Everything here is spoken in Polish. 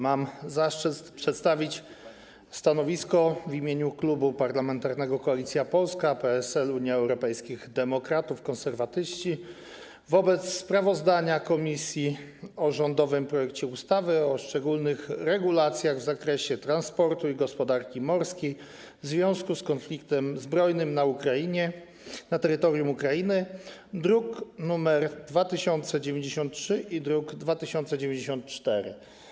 Mam zaszczyt przedstawić stanowisko w imieniu Klubu Parlamentarnego Koalicja Polska - PSL, Unia Europejskich Demokratów, Konserwatyści wobec sprawozdania komisji o rządowym projekcie ustawy o szczególnych regulacjach w zakresie transportu i gospodarski morskiej w związku z konfliktem zbrojnym na terytorium Ukrainy, druki nr 2093 i 2094.